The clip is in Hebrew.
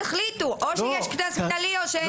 תחליטו: או שיש קנס מינהלי או שאין קנס מינהלי.